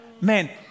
Man